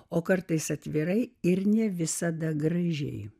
o kartais atvirai ir ne visada gražiai